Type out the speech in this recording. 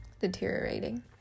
deteriorating